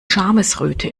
schamesröte